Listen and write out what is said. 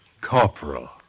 Corporal